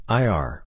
ir